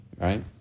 right